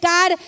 God